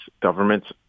governments